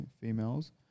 females